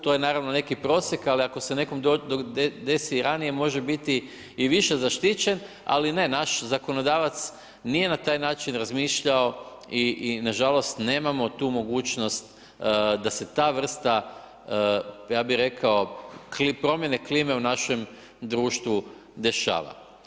To je naravno neki prosjek, ali ako se nekom desi i ranije može biti i više zaštićen, ali ne, naš zakonodavac nije na taj način razmišljao i nažalost nemamo tu mogućnost da se ta vrsta, ja bih rekao promjene klime u našem društvu dešava.